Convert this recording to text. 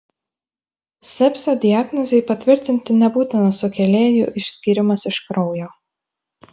sepsio diagnozei patvirtinti nebūtinas sukėlėjų išskyrimas iš kraujo